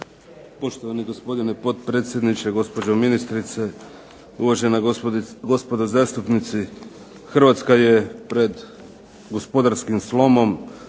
Poštovani gospodine potpredsjedniče, gospođo ministrice, uvažena gospodo zastupnici. Hrvatska je pred gospodarskim slomom,